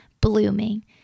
blooming